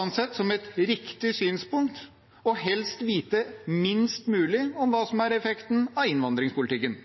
ansett som et riktig synspunkt helst å vite minst mulig om hva som er effekten av innvandringspolitikken.